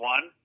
One